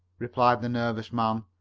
replied the nervous man.